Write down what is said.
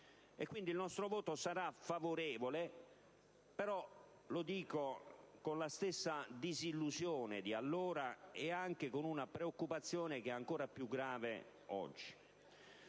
Il nostro voto sarà favorevole, però lo dichiaro con la stessa disillusione di allora, nonché con una preoccupazione ancora più grave, oggi.